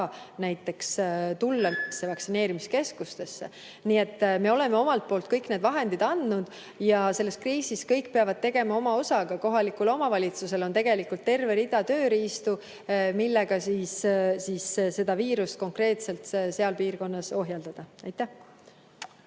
ei saa tulla vaktsineerimiskeskustesse. Nii et me oleme omalt poolt kõik vajalikud vahendid taganud ja selles kriisis kõik peavad andma oma osa. Ka kohalikul omavalitsusel on tegelikult terve rida tööriistu, millega viirust konkreetselt seal piirkonnas ohjeldada. Jaa,